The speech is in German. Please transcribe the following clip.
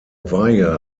weihe